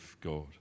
God